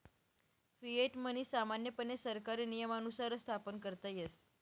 fiat money सामान्यपणे सरकारी नियमानुसारच स्थापन करता येस